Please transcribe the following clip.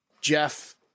Jeff